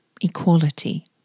equality